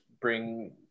bring